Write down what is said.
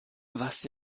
was